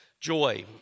Joy